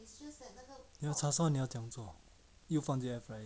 the 叉烧你要怎样做又放进 air fryer